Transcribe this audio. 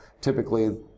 typically